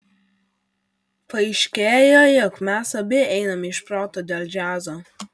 paaiškėjo jog mes abi einame iš proto dėl džiazo